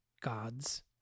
gods